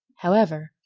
however,